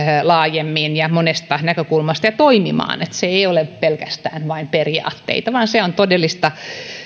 laajemmin ja monesta näkökulmasta ja toimimaan että se ei ole pelkästään vain periaatteita vaan se on todellista